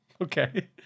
okay